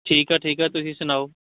ਠੀਕ ਆ ਠੀਕ ਆ ਤੁਸੀਂ ਸੁਣਾਓ